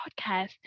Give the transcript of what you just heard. podcast